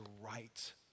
right